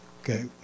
Okay